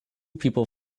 people